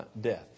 death